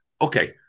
okay